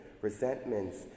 resentments